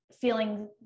feeling